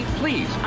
please